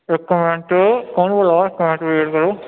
इक मैंट्ट कौन बोल्ला दा इक मैंट्ट वेट करो